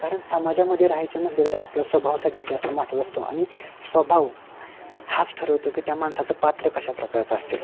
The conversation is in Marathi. कारण समाजामध्ये राहायचे म्हणले तर आपला स्वभाव सगळ्यात जास्त महत्त्वाचा असतो आणि स्वभाव हाच ठरवतो की त्या माणसाचं पात्र कशा प्रकारचं असेल